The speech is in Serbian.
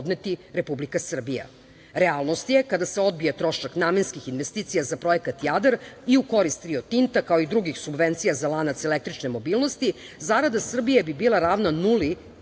podneti Republika Srbija. Realnost je kada se odbije trošak namenskih investicija za projekat Jadar i u korist Rio Tinta, kao i drugih subvencija za lanac električne mobilnosti zarada Srbije bi bila ravna nuli